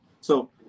So-